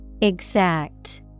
exact